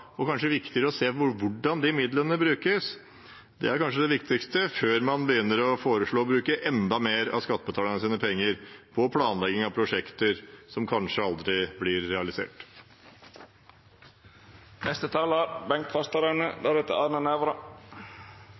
og kanskje det viktigste er å se på hvordan disse midlene brukes, før man foreslår å bruke enda mer av skattebetalernes penger på planlegging av prosjekter som kanskje aldri blir